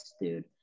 dude